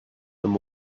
them